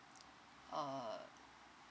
uh